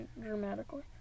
dramatically